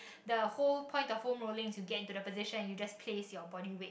the whole point of foam rolling you get into the position you just place your body weight